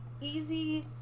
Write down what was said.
easy